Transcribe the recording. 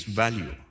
value